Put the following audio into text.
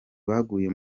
baguye